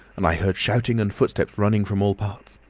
and i heard shouting and footsteps running from all parts.